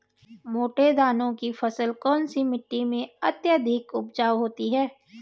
मोटे दाने की फसल कौन सी मिट्टी में अत्यधिक उपजाऊ होती है?